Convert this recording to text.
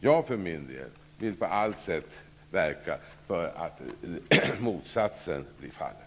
Jag för min del vill på allt sätt verka för att motsatsen blir fallet.